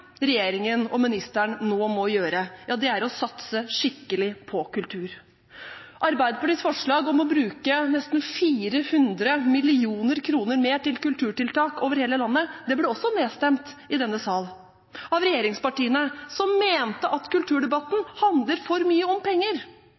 regjeringen og ministeren nå må gjøre, er å satse skikkelig på kultur. Arbeiderpartiets forslag om å bruke nesten 400 mill. kr. mer på kulturtiltak over hele landet, ble også nedstemt i denne sal av regjeringspartiene, som mente kulturdebatten